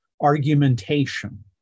argumentation